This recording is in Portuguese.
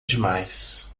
demais